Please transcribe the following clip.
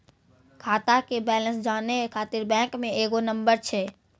खाता के बैलेंस जानै ख़ातिर बैंक मे एगो नंबर छै?